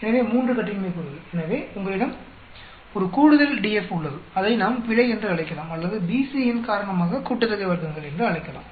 எனவே 3 கட்டின்மை கூறுகள் எனவே உங்களிடம் 1 கூடுதல் DF உள்ளது அதை நாம் பிழை என்று அழைக்கலாம் அல்லது BC யின் காரணமாக கூட்டுத்தொகை வர்க்கங்கள் என்று அழைக்கலாம்